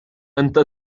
أنت